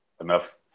enough